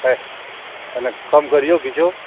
हे कनि कम करिऔ किछु